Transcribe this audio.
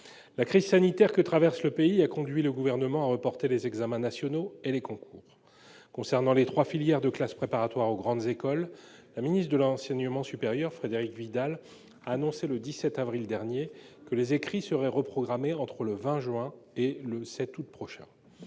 La crise sanitaire que traverse le pays a conduit le Gouvernement à reporter les examens nationaux et les concours. Concernant les trois filières de classes préparatoires aux grandes écoles, la ministre de l'enseignement supérieur, de la recherche et de l'innovation, Frédérique Vidal, a annoncé, le 17 avril dernier, que les écrits des concours seraient reprogrammés entre le 20 juin et le 7 août prochain.